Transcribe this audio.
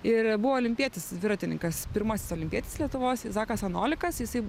ir buvo olimpietis dviratininkas pirmasis olimpietis lietuvos isaakas anolikas jisai